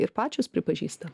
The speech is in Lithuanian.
ir pačios pripažįsta